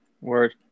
Word